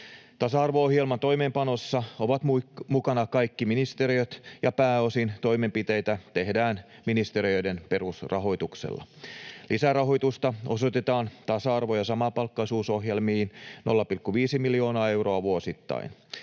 Tasa-arvo-ohjelman toimeenpanossa ovat mukana kaikki ministeriöt, ja pääosin toimenpiteitä tehdään ministeriöiden perusrahoituksella. Lisärahoitusta osoitetaan tasa-arvo- ja samapalkkaisuusohjelmiin 0,5 miljoonaa euroa vuosittain.